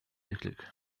eklig